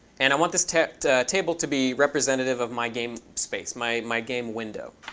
and i want this table table to be representative of my game space, my my game window.